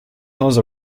house